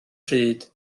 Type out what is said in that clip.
pryd